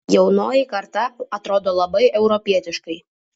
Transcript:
jaunoji karta atrodo labai europietiškai